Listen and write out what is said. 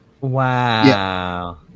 Wow